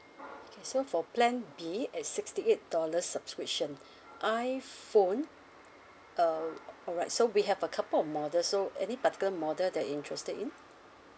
okay so for plan B at sixty eight dollars subscription iphone uh alright so we have a couple of model so any particular model that interested in